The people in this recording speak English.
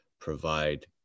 provide